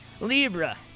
Libra